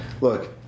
look